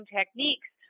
techniques